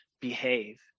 behave